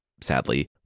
sadly